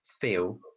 feel